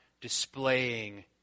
displaying